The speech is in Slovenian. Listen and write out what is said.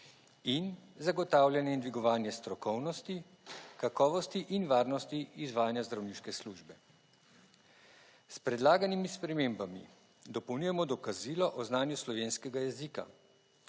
In zagotavljanje in dvigovanje strokovnosti, kakovosti in varnosti izvajanja zdravniške službe. S predlaganimi spremembami dopolnjujemo dokazilo o znanju slovenskega jezika.